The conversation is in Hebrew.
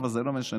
אבל זה לא משנה,